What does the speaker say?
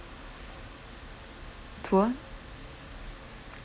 tour